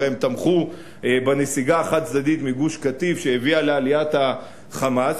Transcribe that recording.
הרי הם תמכו בנסיגה החד-צדדית מגוש-קטיף שהביאה לעליית ה"חמאס".